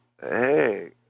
hey